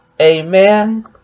Amen